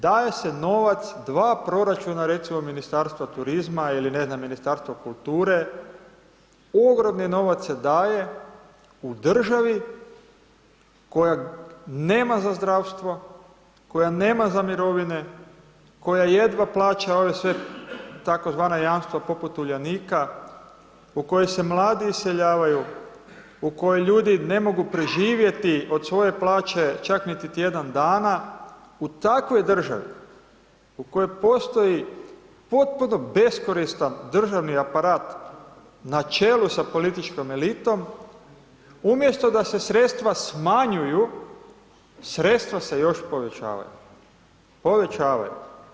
Daje se novac, dva proračuna recimo Ministarstva turizma, ili ne znam, Ministarstva kulture, ogromni novac se daje u državi koja nema za zdravstvo, koja nema za mirovine, koja jedva plaća ove sve tako zvana jamstva, poput Uljanika, u kojoj se mladi iseljavaju, u kojoj ljudi ne mogu preživjeti od svoje plaće, čak niti tjedan dana, u takvoj državi u kojoj postoji potpuno beskoristan državni aparat na čelu sa političkom elitom, umjesto da se sredstva smanjuju, sredstva se još povećavaju, povećavaju.